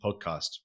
podcast